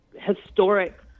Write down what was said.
historic